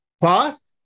Fast